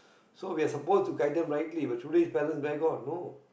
so we are suppose to guide them rightly but today's parent where got no